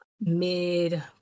Mid